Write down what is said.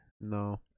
No